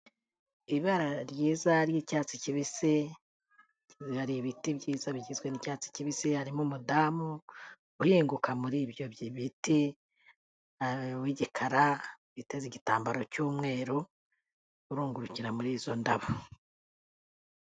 Ibara ryiza ry'icyatsi kibisi, hari ibiti byiza bigizwe n'icyatsi kibisi, harimo umudamu uhinguka muri ibyo biti w'igikara, uteze igitambaro cy'umweru, urungurukira muri izo ndabo.